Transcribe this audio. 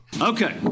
Okay